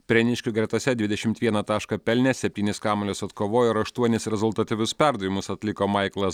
prieniškių gretose dvidešimt vieną tašką pelnė septynis kamuolius atkovojo ir aštuonis rezultatyvius perdavimus atliko maiklas